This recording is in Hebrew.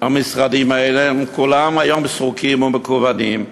המשרדים האלה, היום הכול סרוק והם מקוונים,